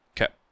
Okay